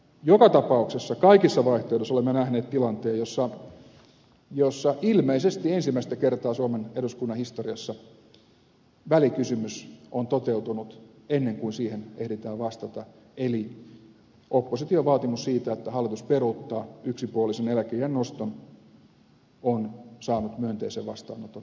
joka tapauksessa kaikissa vaihtoehdoissa olemme nähneet tilanteen jossa ilmeisesti ensimmäistä kertaa suomen eduskunnan historiassa välikysymys on toteutunut ennen kuin siihen ehditään vastata eli opposition vaatimus siitä että hallitus peruuttaa yksipuolisen eläkeiän noston on saanut myönteisen vastaanoton